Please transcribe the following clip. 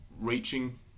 reaching